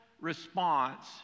response